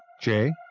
Jay